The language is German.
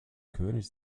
könig